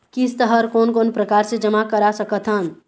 किस्त हर कोन कोन प्रकार से जमा करा सकत हन?